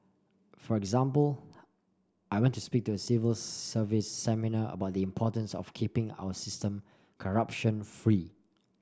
for example I went to speak to a civil service seminar about the importance of keeping our system corruption free